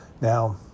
now